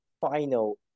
final